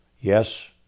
Yes